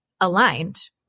aligned